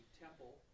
temple